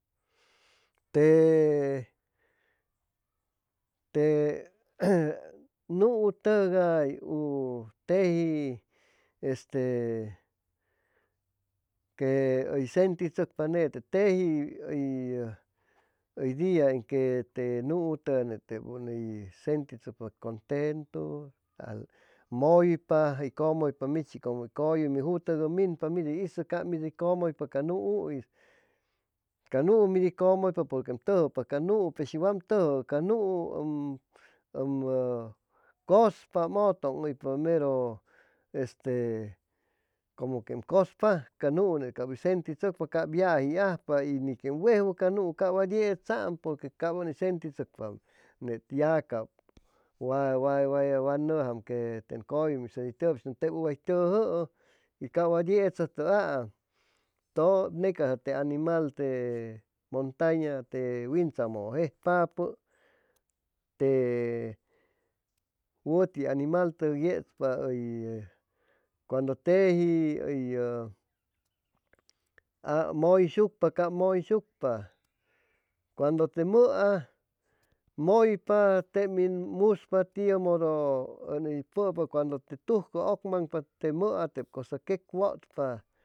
Te nu'u tugay teji que uy sentitsucpa nete teji uy día en que te nu'u tugay teb uy sentitsucpa cuntentu muypa uy cumuypa michi cumu uy cuyumi jutugu minpa mid uy isu jutuga minpa ca mid u cumuypa ca nu'u is ca nu'u mid u cumuypa purque um tujupa ca nu'u peru shi wam tuju'u ca nu'u um cuspa um utun' juypa meru cumu que um cuspa ca nu'u ney uy senti tsuepa cab wa yetsa'a pur que cab u ni sentitsucpa ya wa nuja'am que ten cuyumi is uy tujupa si nu teb u way uy tuju'u cab wa yetsatuwa ney casa te animal te muntaña te wintsamu jejpapu tw witi animal u yetspa cuandu teji muysucpa cab muysucpa cuandu te muat muypa teb min muspa tiu mudu u ni pupa cuandu te tuj ugman'pa cusa quecwutpa